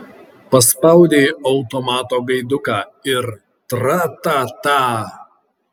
paspaudei automato gaiduką ir tra ta ta